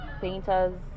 painters